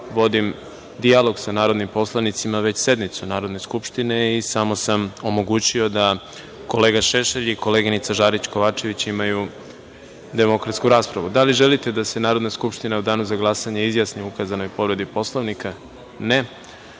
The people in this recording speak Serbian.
vodim dijalog sa narodnim poslanicima, već sednicu Narodne skupštine i samo sam omogućio da kolega Šešelj i koleginica Žarić Kovačević imaju demokratsku raspravu. Da li želite da se Narodna skupština u Danu za glasanje izjasni o ukazanoj povredi Poslovnika?